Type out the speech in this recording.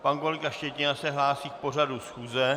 Pan kolega Štětina se hlásí k pořadu schůze.